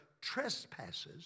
trespasses